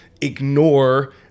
ignore